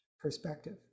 perspective